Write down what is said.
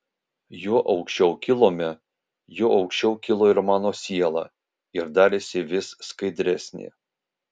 juo aukščiau kilome juo aukščiau kilo ir mano siela ir darėsi vis skaidresnė